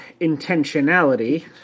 intentionality